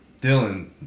Dylan